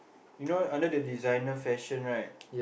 you know under the designer fashion right